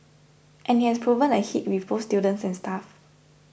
and it has proven a hit with both students and staff